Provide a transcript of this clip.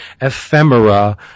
ephemera